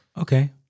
Okay